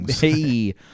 Hey